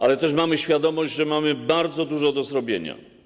Ale też mamy świadomość, że mamy bardzo dużo do zrobienia.